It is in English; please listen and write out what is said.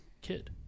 kid